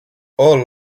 all